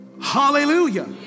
Hallelujah